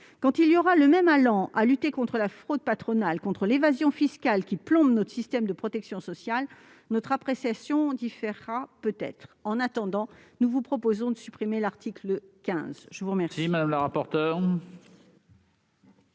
Quand il y aura le même allant à lutter contre la fraude patronale et contre l'évasion fiscale qui plombe notre système de protection sociale, notre appréciation différera peut-être. En attendant, nous demandons la suppression de l'article 15. Quel